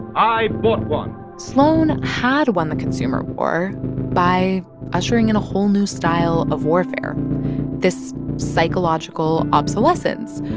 i bought one sloan had won the consumer war by ushering in a whole new style of warfare this psychological obsolescence,